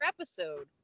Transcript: episode